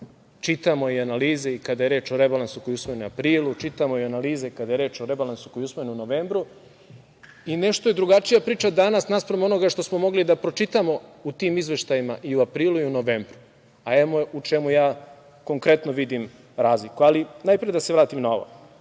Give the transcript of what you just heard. čitamo i analize i kada je reč o rebalansu koji je usvojen u aprilu, čitamo i analize kada je reč o rebalansu koji je usvojen u novembru, i nešto je drugačija priča danas naspram onoga što smo mogli da pročitamo u tim izveštajima i u aprilu i u novembru. Evo u čemu ja konkretno vidim razliku, ali najpre da se vratim na ovo. Da